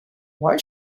why